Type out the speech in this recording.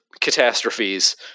catastrophes